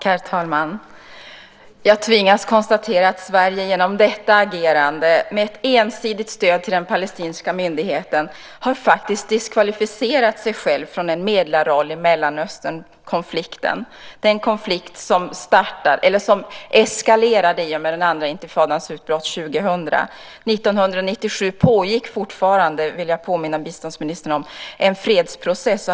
Herr talman! Jag tvingas konstatera att Sverige genom detta agerande med ensidigt stöd till den palestinska myndigheten faktiskt har diskvalificerat sig själv från en medlarroll i Mellanösternkonflikten, den konflikt som eskalerade i och med den andra intifadans utbrott 2000. År 1997 pågick fortfarande en fredsprocess. Det vill jag påminna biståndsministern om.